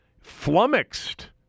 flummoxed